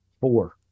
Four